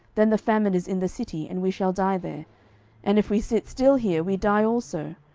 then the famine is in the city, and we shall die there and if we sit still here, we die also.